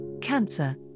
Cancer